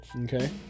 Okay